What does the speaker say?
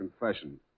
confession